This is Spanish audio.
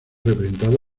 representado